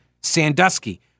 Sandusky